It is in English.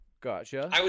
Gotcha